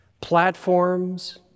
platforms